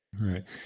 Right